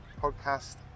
podcast